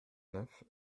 neuf